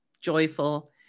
joyful